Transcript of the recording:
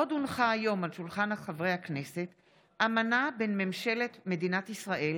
עוד הונחה היום על שולחן הכנסת אמנה בין ממשלת מדינת ישראל